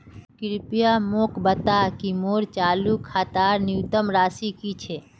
कृपया मोक बता कि मोर चालू खातार न्यूनतम राशि की छे